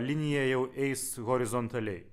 linija jau eis horizontaliai